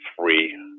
three